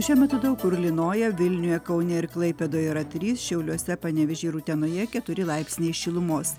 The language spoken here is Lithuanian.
šiuo metu daug kur lynoja vilniuje kaune ir klaipėdoje yra trys šiauliuose panevėžyje ir utenoje keturi laipsniai šilumos